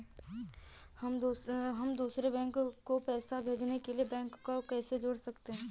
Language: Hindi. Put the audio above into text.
हम दूसरे बैंक को पैसे भेजने के लिए बैंक को कैसे जोड़ सकते हैं?